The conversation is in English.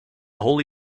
holy